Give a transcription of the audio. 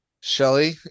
Shelly